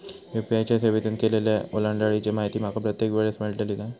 UPI च्या सेवेतून केलेल्या ओलांडाळीची माहिती माका प्रत्येक वेळेस मेलतळी काय?